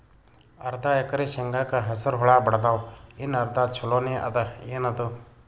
ಅರ್ಧ ಎಕರಿ ಶೇಂಗಾಕ ಹಸರ ಹುಳ ಬಡದಾವ, ಇನ್ನಾ ಅರ್ಧ ಛೊಲೋನೆ ಅದ, ಏನದು?